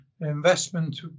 investment